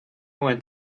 went